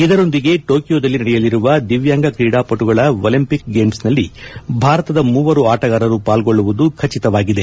ಇದರೊಂದಿಗೆ ಟೋಕಿಯೋದಲ್ಲಿ ನಡೆಯಲಿರುವ ದಿವ್ಯಾಂಗ ಕ್ರೀಡಾಪಟುಗಳ ಒಲಿಂಪಿಕ್ ಗೇಮ್ಸ್ನಲ್ಲಿ ಭಾರತದ ಮೂವರು ಆಟಗಾರರು ಪಾಲ್ಗೊಳ್ಳುವುದು ಖಚಿತವಾಗಿದೆ